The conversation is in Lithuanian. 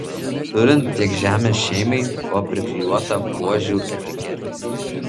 turint tiek žemės šeimai buvo priklijuota buožių etiketė